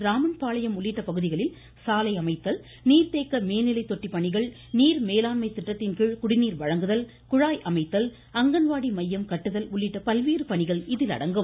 ராமன் பாளையம் உள்ளிட்ட பகுதிகளில் சாலை அமைத்தல் நீர்த்தேக்க மேல்நிலைத் தொட்டி பணிகள் நீர் மேலாண்மை திட்டத்தின்கீழ் குடிநீர் வழங்குதல் குழாய் அமைத்தல் அங்கன்வாடி மையம் கட்டுதல் உள்ளிட்ட பல்வேறு பணிகள் இதில் அடங்கும்